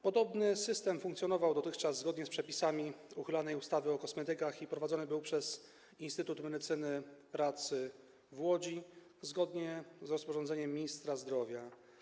Podobny system funkcjonował dotychczas zgodnie z przepisami uchylanej ustawy o kosmetykach i prowadzony był przez Instytut Medycyny Pracy w Łodzi zgodnie z rozporządzeniem ministra zdrowia.